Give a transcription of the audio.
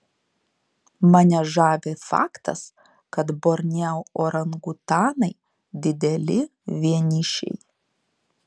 mane žavi faktas kad borneo orangutanai dideli vienišiai